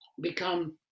become